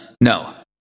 No